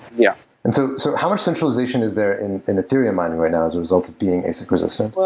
yeah and so so how much centralization is there in in ethereum mining right now as a result of being asic resistant?